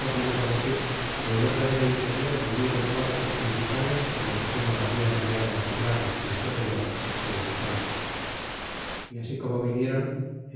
tornemos á decir que en obra de veinte dias vinieron todos los principales que montezuma habia enviado cobrar los tributos del oro que dicho tengo y así como vinieron